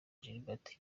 gilbert